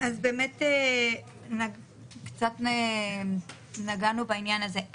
קצת נגענו בעניין הזה.